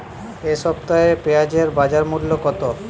এ সপ্তাহে পেঁয়াজের বাজার মূল্য কত?